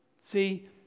See